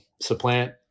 supplant